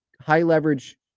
high-leverage